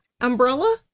umbrella